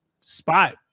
spot